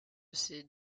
ces